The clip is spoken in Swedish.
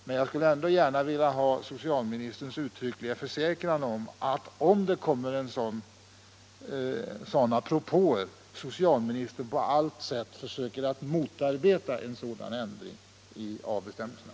Men jag skulle ändå gärna vilja höra socialministerns uttryckliga försäkran att om det kommer några propåer i den riktningen, skall socialministern på allt sätt försöka motverka en sådan ändring av bestämmelserna.